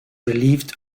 relieved